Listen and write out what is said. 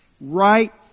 right